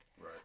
Right